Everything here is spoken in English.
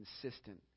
consistent